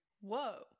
whoa